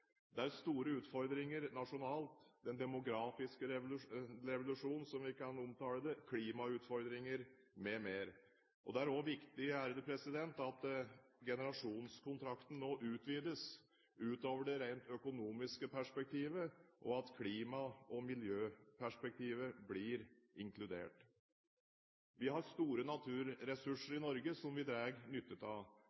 store utfordringer nasjonalt – den demografiske revolusjonen, som vi kan omtale det som, klimautfordringer m.m. Det er også viktig at generasjonskontrakten nå utvides utover det rent økonomiske perspektivet, og at klima- og miljøperspektivet blir inkludert. Vi har store naturressurser